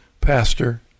pastor